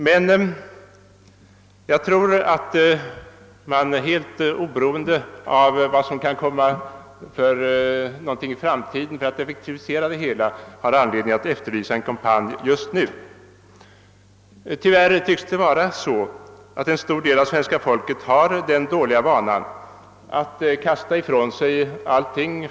Jag tror emellertid att man helt oberoende av vad som kan komma i framtiden har anledning att efterlysa en kampanj just nu för att effektivisera kampen mot nedskräpning. Tyvärr tycks en stor del av svenska folket ha den dåliga vanan att kasta ifrån sig allting.